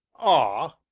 ah!